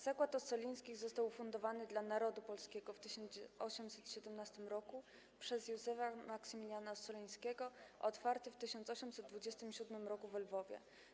Zakład Ossolińskich został ufundowany dla narodu polskiego w 1817 r. przez Józefa Maksymiliana Ossolińskiego, a otwarty w 1827 r. we Lwowie.